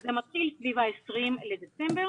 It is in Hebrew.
זה מתחיל סביב ה-20 בדצמבר.